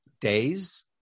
days